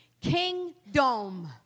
Kingdom